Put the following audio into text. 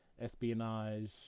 espionage